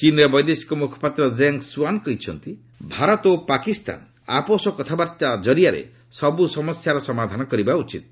ଚୀନ୍ର ବୈଦେଶିକ ମୁଖପାତ୍ର ଜେଙ୍ଗ ସୁଆନ କହିଛନ୍ତି ଭାରତ ଓ ପାକିସ୍ତାନ ଆପୋଷ କଥାବାର୍ତ୍ତା ଜରିଆରେ ସବୁ ସମସ୍ୟାର ସମାଧାନ କରିବା ଉଚିତ୍